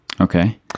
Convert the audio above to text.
Okay